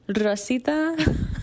Rosita